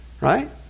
right